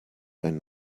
ein